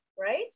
right